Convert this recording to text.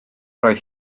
roedd